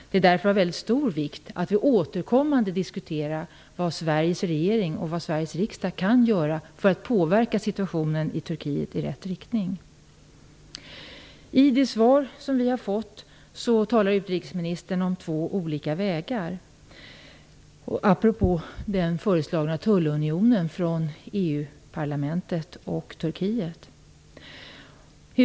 Därför är det av mycket stor vikt att vi återkommande diskuterar vad Sveriges regering och riksdag kan göra för att påverka situationen i Turkiet i rätt riktning. I det svar som vi har fått talar utrikesministern om två olika vägar apropå den tullunion som EU-parlamentet och Turkiet har föreslagit.